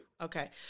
Okay